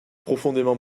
profondément